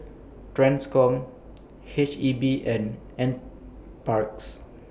TRANSCOM H E B and N Parks